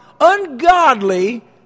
ungodly